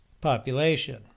population